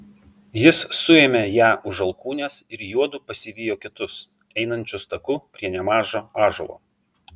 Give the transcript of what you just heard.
jis suėmė ją už alkūnės ir juodu pasivijo kitus einančius taku prie nemažo ąžuolo